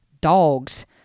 dogs